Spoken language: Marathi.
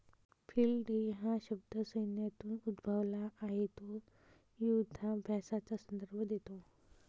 फील्ड डे हा शब्द सैन्यातून उद्भवला आहे तो युधाभ्यासाचा संदर्भ देतो